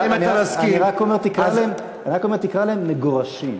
אני רק אומר, תקרא להם "מגורשים".